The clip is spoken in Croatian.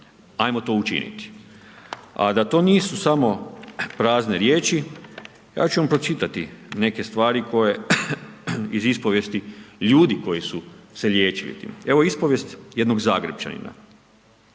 ajmo to učiniti. A da to nisu samo prazne riječi, ja ću vam pročitati neke stvari koje iz ispovijesti ljudi koji su se liječili, evo ispovijest, jednog Zagrepčanina.